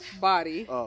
body